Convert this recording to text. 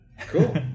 cool